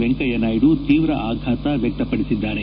ವೆಂಕಯ್ತ ನಾಯ್ಡು ಶೀವ್ರ ಆಘಾತ ವ್ವಕ್ತಪಡಿಸಿದ್ದಾರೆ